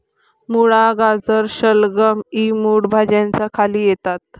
मुळा, गाजर, शलगम इ मूळ भाज्यांच्या खाली येतात